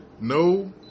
no